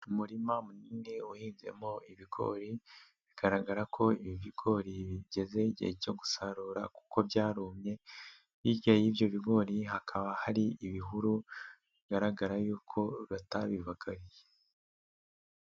umurima munini wahinzemo ibigori, bigaragara ko ibigori bigeze igihe cyo gusarura kuko byarumye, hirya y'ibyo bigori hakaba hari ibihuru, bigaragara yuko batabibagariye.